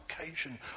occasion